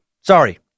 Sorry